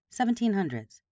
1700s